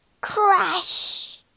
Crash